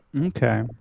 Okay